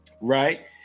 Right